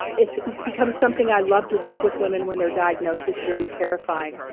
it's it's become something i loved to work with women when they're diagnosed. it's very terrifying.